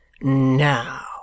Now